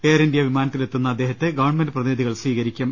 air India വിമാനത്തിലെത്തുന്ന അദ്ദേഹത്തെ government പ്രതിനിധികൾ സ്വീകരിക്കും